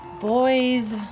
Boys